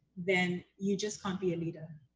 then you just can't be a leader.